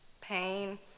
pain